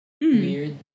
weird